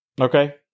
okay